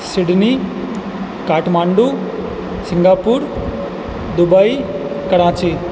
Sydney Kathmandu Singapore Dubai Karachi